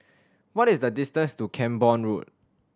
what is the distance to Camborne Road